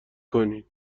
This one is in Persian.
کنین